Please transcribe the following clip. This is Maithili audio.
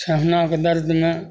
ठेहुनाके दर्दमे